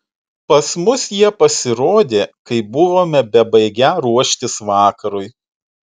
pas mus jie pasirodė kai buvome bebaigią ruoštis vakarui